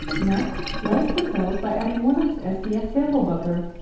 next, lyse the cells by adding one x sds sample buffer,